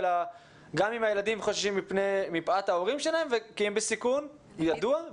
גם אם הילדים חוששים מפאת ההורים שלהם כי הם בסיכון ידוע,